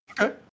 Okay